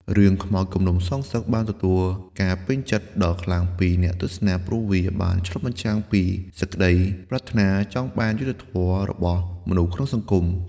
រឿងខ្មោចគំនុំសងសឹកបានទទួលការពេញចិត្តដ៏ខ្លាំងពីអ្នកទស្សនា ព្រោះវាបានឆ្លុះបញ្ចាំងពី សេចក្តីប្រាថ្នាចង់បានយុត្តិធម៌ របស់មនុស្សក្នុងសង្គម។